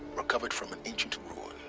recovered from an ancient